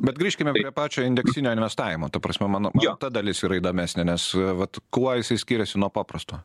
bet grįžkime prie pačio indeksinio investavimo ta prasme mano ta dalis yra įdomesnė nes vat kuo jisai skiriasi nuo paprasto